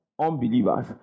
Unbelievers